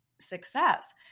success